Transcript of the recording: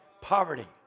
Poverty